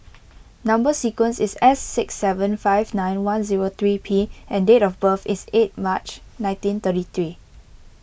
Number Sequence is S six seven five nine one zero three P and date of birth is eight March nineteen thirty three